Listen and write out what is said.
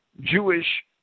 Jewish